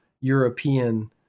european